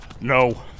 No